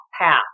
path